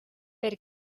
per